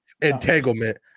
entanglement